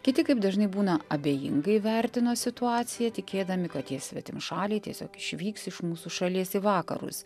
kiti kaip dažnai būna abejingai vertino situaciją tikėdami kad tie svetimšaliai tiesiog išvyks iš mūsų šalies į vakarus